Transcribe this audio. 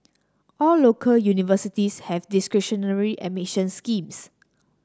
all local universities have discretionary admission schemes